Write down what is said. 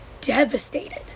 devastated